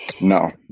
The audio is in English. No